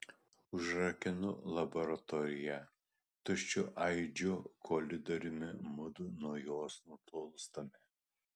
užrakinu laboratoriją tuščiu aidžiu koridoriumi mudu nuo jos nutolstame